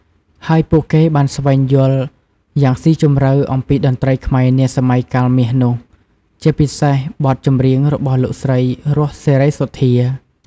ហើយពួកគេបានស្វែងយល់យ៉ាងស៊ីជម្រៅអំពីតន្ត្រីខ្មែរនាសម័យកាលមាសនោះ ជាពិសេសបទចម្រៀងរបស់លោកស្រី រស់ សេរីសុទ្ធា។